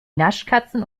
naschkatzen